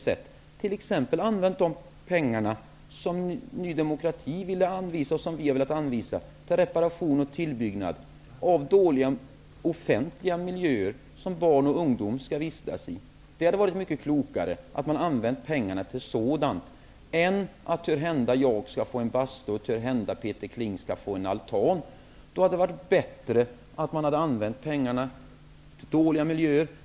Man kunde t.ex. ha använt de pengar som Ny demokrati och vi ville anvisa för reparation och tillbyggnad av dåliga offentliga miljöer, som barn och ungdom vistas i. Det hade varit mycket klokare att pengarna hade använts till sådant än att törhända jag skall få en bastu och att törhända Peter Kling skall få en altan. Det hade varit bättre att pengarna hade använts till upprustning av dåliga miljöer.